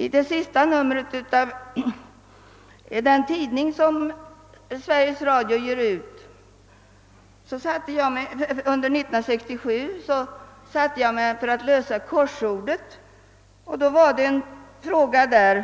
I det sista numret under 1967 av den tidning som Sveriges Radio ger ut satte jag mig för att lösa korsordet, och då fann jag där